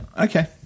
Okay